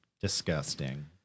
Disgusting